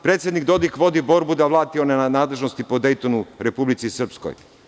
Predsednik Dodik vodi borbu da vrati one nadležnosti po Dejtonu Republici Srpskoj.